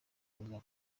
kuza